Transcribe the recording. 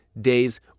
days